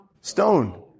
Stone